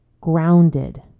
grounded